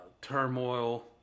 turmoil